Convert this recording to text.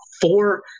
four